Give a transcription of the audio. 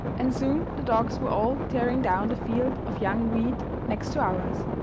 and soon the dogs were all tearing down the field of young wheat next to ours.